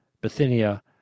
Bithynia